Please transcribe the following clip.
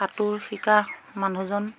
সাঁতোৰ শিকা মানুহজন